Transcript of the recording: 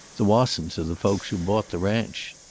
the wassons are the folks who bought the ranch.